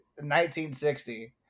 1960